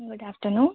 good afternoon